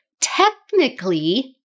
Technically